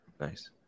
Nice